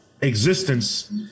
existence